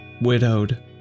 widowed